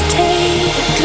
take